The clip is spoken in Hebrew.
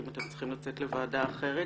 אם אתם צריכים לצאת לוועדה אחרת.